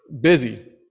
busy